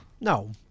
No